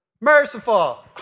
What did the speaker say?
Merciful